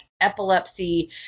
epilepsy